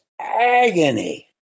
agony